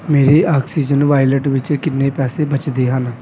ਮੇਰੇ Oxigen wallet ਵਿੱਚ ਕਿੰਨੇ ਪੈਸੇ ਬਚਦੇ ਹਨ